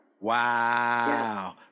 Wow